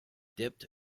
dipped